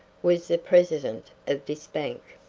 was the president of this bank.